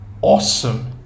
awesome